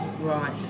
Right